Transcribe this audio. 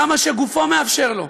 כמה שגופו מאפשר לו.